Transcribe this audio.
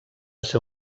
ser